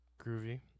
groovy